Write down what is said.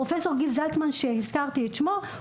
פרופ' זיל זלצמן שהזכרתי את שמו,